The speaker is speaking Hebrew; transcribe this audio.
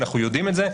אנחנו יודעים את זה,